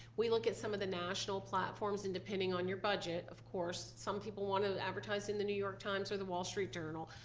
we look at some of the national platforms, and depending on your budget of course, some people want to advertise in the new york times or the wall street journal.